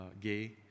gay